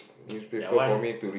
that one